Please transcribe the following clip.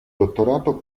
dottorato